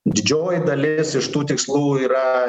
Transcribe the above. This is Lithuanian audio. didžioji dalis iš tų tikslų yra